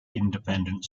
independent